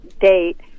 date